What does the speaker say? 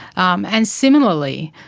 um and similarly,